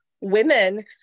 women